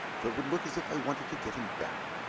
for it would look as if i wanted to get him back.